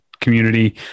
community